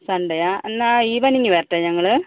സൺഡെയാ ആ എന്നാൽ ഈവനിങ് വരട്ടെ ഞങ്ങള്